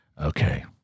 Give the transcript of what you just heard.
Okay